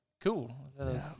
cool